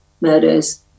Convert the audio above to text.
murders